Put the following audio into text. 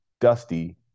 Dusty